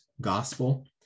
gospel